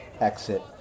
exit